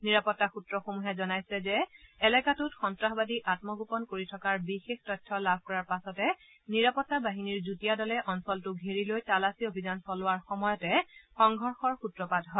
নিৰাপত্তা সূত্ৰসমূহে জনাইছে যে এলেকাটোত সন্তাসবাদী আমগোপন কৰি থকাৰ বিশেষ তথ্য লাভ কৰাৰ পাছতে নিৰাপত্তা বাহিনীৰ যুটীয়া দলে অঞ্চলটো ঘেৰি লৈ তালাচী অভিযান চলোৱাৰ সময়তে সংঘৰ্ষৰ সূত্ৰপাত হয়